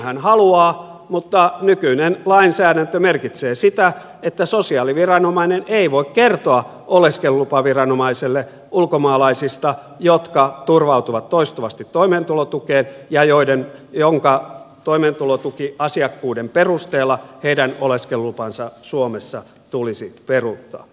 siinähän haluaa mutta nykyinen lainsäädäntö merkitsee sitä että sosiaaliviranomainen ei voi kertoa oleskelulupaviranomaiselle ulkomaalaisista jotka turvautuvat toistuvasti toimeentulotukeen ja joiden oleskelulupa toimeentulotukiasiakkuuden perusteella suomessa tulisi peruuttaa